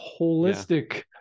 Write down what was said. holistic